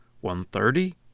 one-thirty